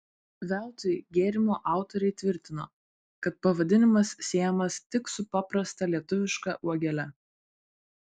veltui gėrimo autoriai tvirtino kad pavadinimas siejamas tik su paprasta lietuviška uogele